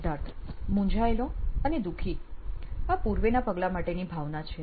સિદ્ધાર્થ મૂંઝાયેલો અને દુઃખી આ પૂર્વેના પગલાં માટેની ભાવના છે